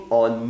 on